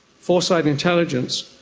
foresight intelligence,